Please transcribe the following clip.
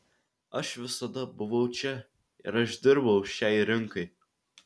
aš visada buvau čia ir aš dirbau šiai rinkai